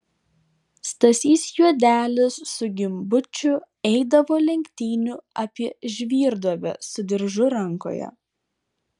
stasys juodelis su gimbučiu eidavo lenktynių apie žvyrduobę su diržu rankoje